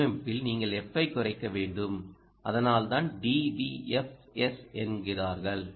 வடிவமைப்பில் நீங்கள் f ஐ குறைக்க வேண்டும் அதனால்தான் DVFS என்கிறார்கள்